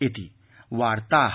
इति वार्ता